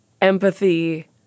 empathy